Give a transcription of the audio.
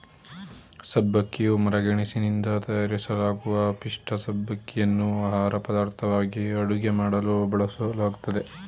ಸಬ್ಬಕ್ಕಿಯು ಮರಗೆಣಸಿನಿಂದ ತಯಾರಿಸಲಾಗುವ ಪಿಷ್ಠ ಸಬ್ಬಕ್ಕಿಯನ್ನು ಆಹಾರಪದಾರ್ಥವಾಗಿ ಅಡುಗೆ ಮಾಡಲು ಬಳಸಲಾಗ್ತದೆ